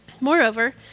Moreover